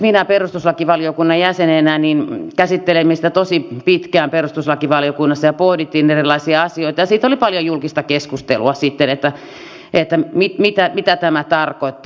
minä olen perustuslakivaliokunnan jäsen ja me käsittelimme sitä tosi pitkään perustuslakivaliokunnassa ja pohdimme erilaisia asioita ja siitä oli paljon julkista keskustelua että mitä tämä tarkoittaa